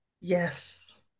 Yes